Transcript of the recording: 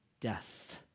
death